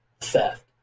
theft